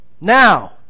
now